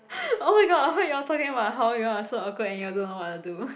oh my god I heard you all talking about how you all are so awkward and you all don't know what to do